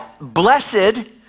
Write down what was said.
blessed